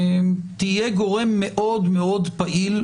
תהיה גורם מאוד מאוד פעיל,